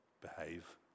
behave